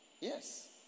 Yes